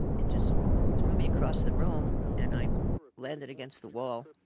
it just threw me across the room and i landed against the wall.